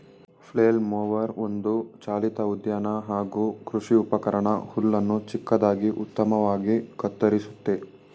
flail mower ಒಂದು ಚಾಲಿತ ಉದ್ಯಾನ ಹಾಗೂ ಕೃಷಿ ಉಪಕರಣ ಹುಲ್ಲನ್ನು ಚಿಕ್ಕದಾಗಿ ಉತ್ತಮವಾಗಿ ಕತ್ತರಿಸುತ್ತೆ